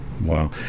Wow